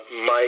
Mike